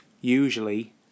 usually